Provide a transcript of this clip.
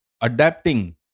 adapting